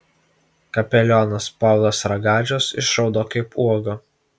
kapelionas povilas ragažius išraudo kaip uoga